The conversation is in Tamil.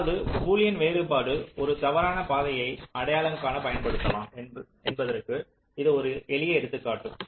அதாவது பூலியன் வேறுபாடு ஒரு தவறான பாதையை அடையாளம் காண பயன்படுத்தலாம் என்பதற்கு இது ஒரு எளிய எடுத்துக்காட்டு